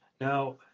Now